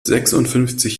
sechsundfünfzig